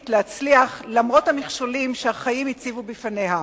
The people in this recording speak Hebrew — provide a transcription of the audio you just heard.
להצליח למרות המכשולים שהחיים הציבו בפניה.